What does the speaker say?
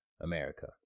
America